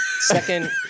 second